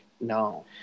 no